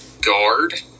guard